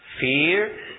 fear